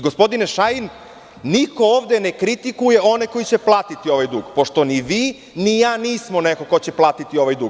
Gospodine Šajn, niko ovde ne kritikuje one koji će platiti ovaj dug pošto ni vi ni ja nismo neko ko će platiti ovaj dug.